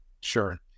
Sure